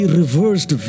reversed